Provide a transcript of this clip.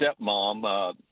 stepmom